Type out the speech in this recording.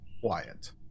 quiet